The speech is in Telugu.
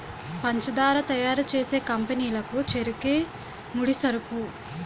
పంచదార తయారు చేసే కంపెనీ లకు చెరుకే ముడిసరుకు